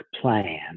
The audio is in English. plan